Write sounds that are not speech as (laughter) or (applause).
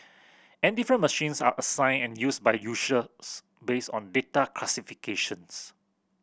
and different machines are assigned and used by (unintelligible) based on data classifications